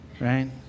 right